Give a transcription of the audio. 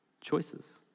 choices